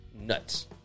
nuts